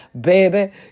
baby